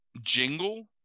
jingle